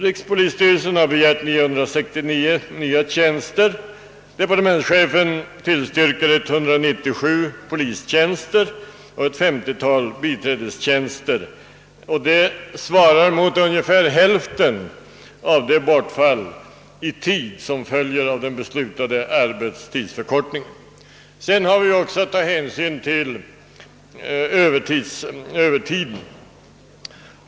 Rikspolisstyrelsen har i årets petita begärt 969 nya tjänster. Departementschefen har föreslagit 197 nya polismanstjänster och ett femtiotal nya biträdestjänster. Det svarar mot ungefär hälften av det bortfall av arbetstid som följer av den beslutade arbetstidsförkortningen. Man har även att ta hänsyn till övertidsarbetet.